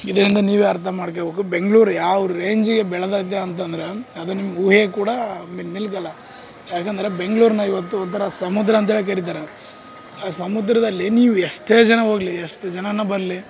ಇದರಿಂದ ನೀವೇ ಅರ್ಥ ಮಾಡ್ಕೋಬೇಕು ಬೆಂಗಳೂರು ಯಾವ ರೇಂಜಿಗೆ ಬೆಳ್ದಿದೆ ಅಂತ ಅಂದರೆ ಅದು ನಿಮ್ಗೆ ಊಹೆ ಕೂಡಾ ನಿಲುಕಲ್ಲಾ ಏಕಂದ್ರೆ ಬೆಂಗ್ಳೂರನ್ನ ಇವತ್ತು ಒಂಥರಾ ಸಮುದ್ರ ಅಂತಾನೇ ಕರೀತಾರೆ ಆ ಸಮುದ್ರದಲ್ಲಿ ನೀವು ಎಷ್ಟೇ ಜನ ಹೋಗ್ಲಿ ಎಷ್ಟು ಜನಾನೆ ಬರಲಿ